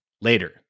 later